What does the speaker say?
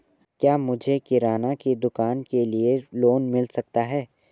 क्या मुझे किराना की दुकान के लिए लोंन मिल सकता है?